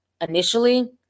initially